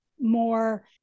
more